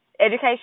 education